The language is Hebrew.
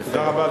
הצעה לסדר-היום.